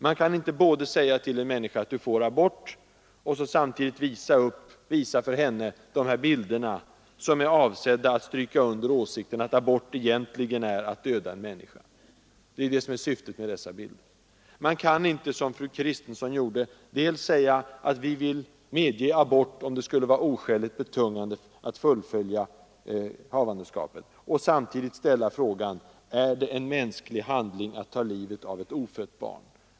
Man kan inte både säga till en människa att hon får abort, och samtidigt visa henne dessa bilder, som är avsedda att stryka under åsikten att abort egentligen är att döda en människa. Man kan inte, som fru Kristensson gjorde, säga att vi vill medge abort om det skulle vara oskäligt betungande att fullfölja havandeskapet och samtidigt ställa frågan: Är det en mänsklig handling att ta livet av ett ofött barn?